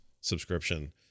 subscription